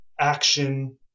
action